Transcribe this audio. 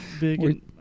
big